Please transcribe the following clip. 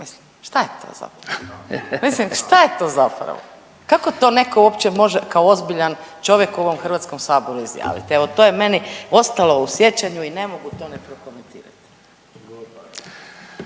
zapravo, šta je to, mislim šta je to zapravo? Kako to netko uopće može kao ozbiljan čovjek u ovom Hrvatskom saboru izjaviti? Evo to je meni ostalo u sjećanju i ne mogu to ne prokomentirati.